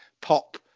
pop